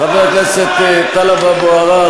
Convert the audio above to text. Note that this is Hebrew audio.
חבר הכנסת טלב אבו עראר,